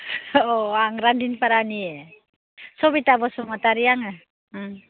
औ आं रानदिनपारानि सबिता बसुमतारि आङो